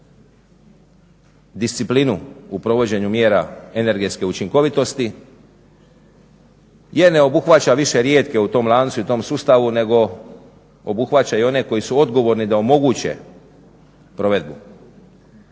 disciplinu u provođenju mjera energetske učinkovitosti jer ne obuhvaća više rijetke u tom lancu i u tom sustavu nego obuhvaća i one koji su odgovorni da omoguće provedbu.